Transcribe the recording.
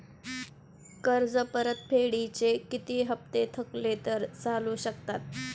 कर्ज परतफेडीचे किती हप्ते थकले तर चालू शकतात?